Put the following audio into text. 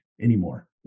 anymore